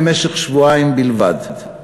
למשך שבועיים בלבד.